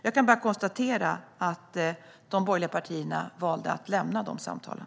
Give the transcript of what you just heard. Jag kan bara konstatera att de borgerliga partierna valde att lämna de samtalen.